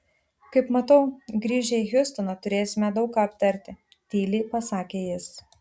kaip matau grįžę į hjustoną turėsime daug ką aptarti tyliai pasakė jis